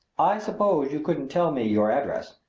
i suppose you couldn't tell me your address?